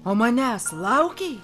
o manęs laukei